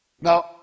Now